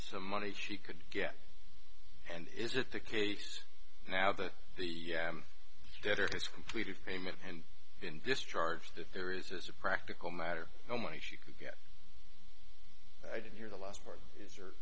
some money she could get and is it the case now that the debtor has completed payment and been discharged if there is as a practical matter the money she could get i didn't hear the last part as